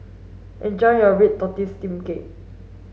enjoy your red tortoise steamed cake